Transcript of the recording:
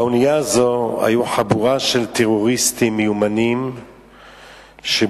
באונייה הזאת היתה חבורת טרוריסטים מיומנים שבאו